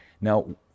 Now